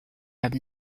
have